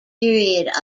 period